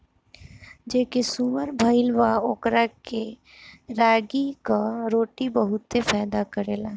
जेके शुगर भईल बा ओकरा के रागी कअ रोटी बहुते फायदा करेला